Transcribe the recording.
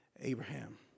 Abraham